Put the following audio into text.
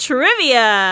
Trivia